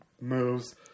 moves